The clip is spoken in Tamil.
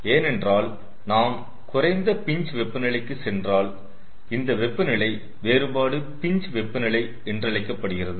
ஏனென்றால் நாம் குறைந்த பின்ச் வெப்பநிலைக்கு சென்றால் இந்த வெப்ப நிலை வேறுபாடு பின்ச் வெப்பநிலை என்றழைக்கப்படுகிறது